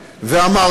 אז אני אחזור עליהם,